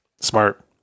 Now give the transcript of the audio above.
Smart